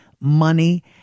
money